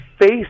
face